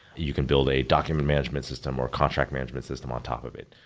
you can build a document management system or contract management system on top of it.